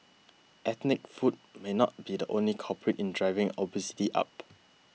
ethnic food may not be the only culprit in driving obesity up